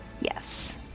Yes